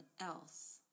else